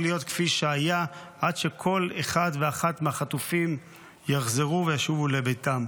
להיות כפי שהיו עד שכל אחד ואחת מהחטופים יחזרו וישובו לביתם.